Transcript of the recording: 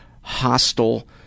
hostile